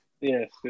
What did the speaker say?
yes